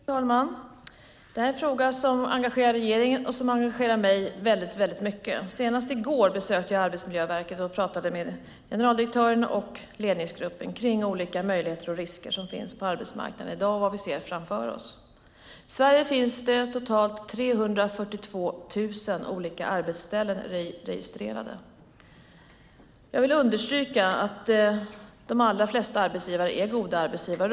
Fru talman! Det här är en fråga som engagerar regeringen och som engagerar mig väldigt mycket. Senast i går besökte jag Arbetsmiljöverket och pratade med generaldirektören och ledningsgruppen om olika möjligheter och risker som finns på arbetsmarknaden i dag och vad vi ser framför oss. I Sverige finns totalt 342 000 olika arbetsställen registrerade. Jag vill understryka att de allra flesta arbetsgivare är goda arbetsgivare.